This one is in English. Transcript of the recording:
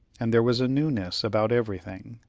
and there was a newness about everything.